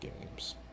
games